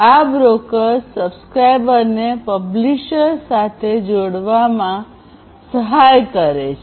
આ બ્રોકર્સ સબ્સ્ક્રાઇબર્સને પબ્લીશર સાથે જોડવામાં સહાય કરે છે